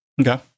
Okay